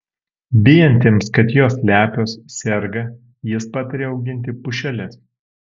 bijantiems kad jos lepios serga jis pataria auginti pušeles